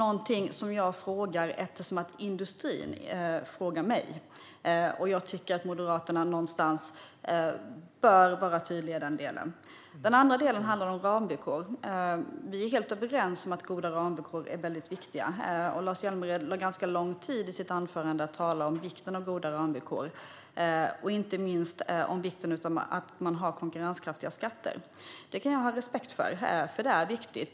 Jag frågar detta eftersom industrin frågar mig, och jag tycker att Moderaterna bör vara tydliga här. Den andra frågan handlar om ramvillkor. Vi är helt överens om att goda ramvillkor är viktiga, och Lars Hjälmered lade i sitt anförande ganska lång tid på att tala om vikten av goda ramvillkor, inte minst konkurrenskraftiga skatter. Detta kan jag ha respekt för; det är viktigt.